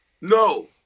No